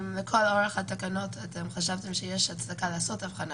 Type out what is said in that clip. אם לכל אורך התקנות אתם חשבתם שישנה הצדקה לעשות הבחנה